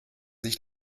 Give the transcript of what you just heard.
sich